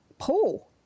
Paul